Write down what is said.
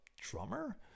drummer